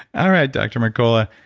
all right, dr. mercola.